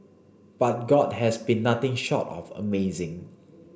but God has been nothing short of amazing